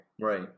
Right